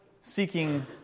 seeking